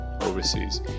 overseas